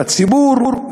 בציבור,